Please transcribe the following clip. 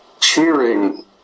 cheering